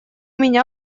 меня